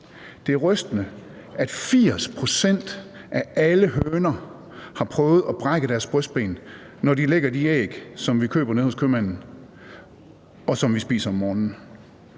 Det er rystende, at 80 pct. af alle høner har prøvet at brække deres brystben, når de lægger de æg, som vi køber nede hos købmanden, og som vi spiser om morgenen.